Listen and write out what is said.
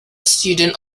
student